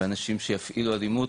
באנשים שיפעילו אלימות